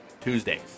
Tuesdays